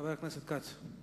חבר הכנסת יעקב כץ.